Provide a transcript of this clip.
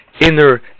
inner